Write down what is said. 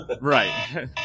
right